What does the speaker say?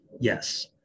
yes